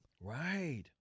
right